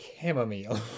chamomile